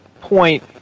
point